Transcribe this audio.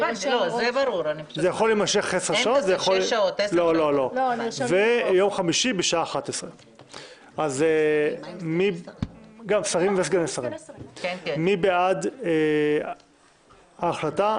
הדיון יתחיל ביום חמישי בשעה 11:00. מי בעד ההחלטה?